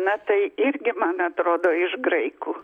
na tai irgi man atrodo iš graikų